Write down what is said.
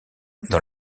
dans